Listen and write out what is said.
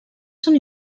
són